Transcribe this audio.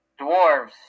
Dwarves